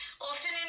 Often